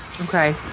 Okay